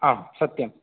आम् सत्यम्